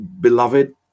beloved